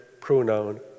pronoun